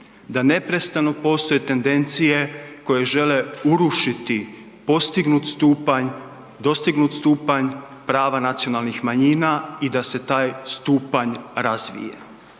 Da neprestano postoje tendencije koje žele urušiti postignut stupanj, dostignut stupanj prava nacionalnih manjina i da se taj stupanj razvije.